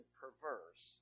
perverse